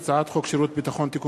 הצעת ההחלטה של הממשלה התקבלה.